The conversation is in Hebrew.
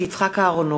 יצחק כהן,